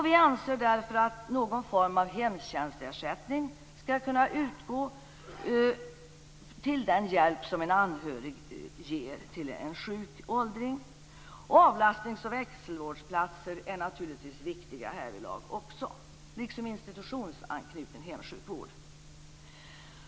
Vi anser därför att någon form av hemtjänstersättning skall kunna utgå för den hjälp en anhörig ger en sjuk åldring. Avlastnings och växelvårdsplatser är naturligtvis också viktiga härvidlag, liksom institutionsanknuten hemsjukvård.